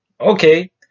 Okay